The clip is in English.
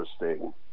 interesting